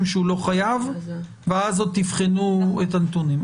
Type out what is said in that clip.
שהוא לא חייב ואז עוד תבחנו את הנתונים.